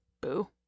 Boo